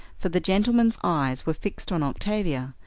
for the gentleman's eyes were fixed on octavia,